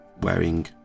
wearing